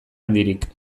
handirik